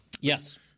Yes